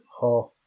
half